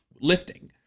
lifting